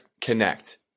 connect